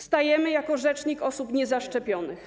Stajemy jako rzecznik osób niezaszczepionych.